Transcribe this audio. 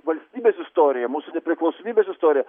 valstybės istorijoj mūsų nepriklausomybės istorija